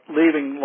leaving